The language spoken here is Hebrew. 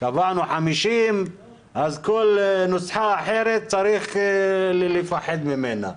קבענו 50 אז כל נוסחה אחרת צריך לפחד ממנה.